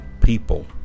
people